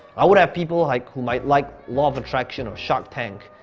i would have people like who might like law of attraction or shark tank,